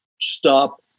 stop